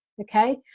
okay